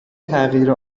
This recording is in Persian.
تغییر